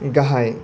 गाहाय